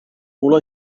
all